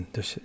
Dus